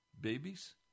babies